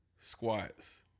squats